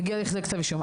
מגיע לכדי כתב אישום.